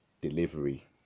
Delivery